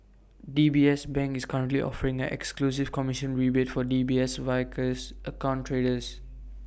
D B S bank is currently offering an exclusive commission rebate for D B S Vickers account traders